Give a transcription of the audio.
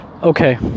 okay